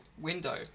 window